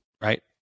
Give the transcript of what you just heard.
right